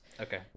Okay